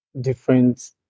different